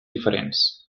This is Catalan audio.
diferents